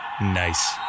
Nice